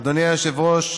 אדוני היושב-ראש,